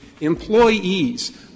Employees